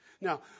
Now